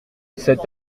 cet